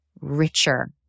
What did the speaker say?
richer